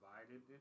divided